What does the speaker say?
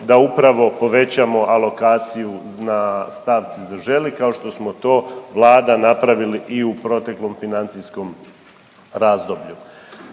da upravo povećamo alokaciju na stavci Zaželi kao što smo to, Vlada napravili i u proteklom financijskom razdoblju.